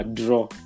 draw